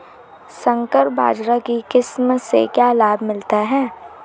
संकर बाजरा की किस्म से क्या लाभ मिलता है?